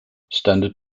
standard